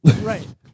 Right